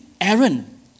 Aaron